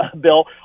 Bill